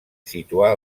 situar